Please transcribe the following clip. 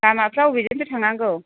लामाफोरा बबेजोंथो थांनांगौ